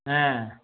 ஆ